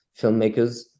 filmmakers